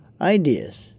ideas